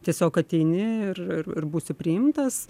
tiesiog ateini ir ir ir būsi priimtas